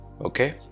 okay